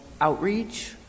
outreach